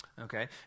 Okay